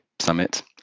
summit